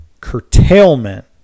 Curtailment